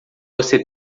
você